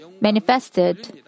manifested